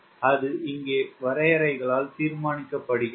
எனவே அது இங்கே வரையறைகளால் தீர்மானிக்கப்படுகிறது